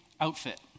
outfit